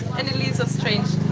and it leaves a strange